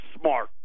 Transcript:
smart